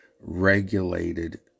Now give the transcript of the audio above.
regulated